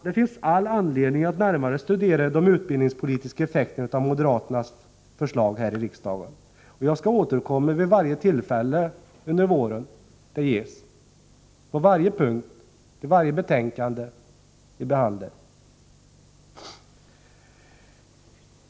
Det finns all anledning att närmare studera de utbildningspolitiska effekterna av moderaternas förslag här i riksdagen. Jag skall återkomma vid varje tillfälle som ges under våren — på varje punkt och i samband med varje betänkande där dessa frågor behandlas.